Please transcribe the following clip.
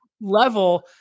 level